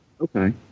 Okay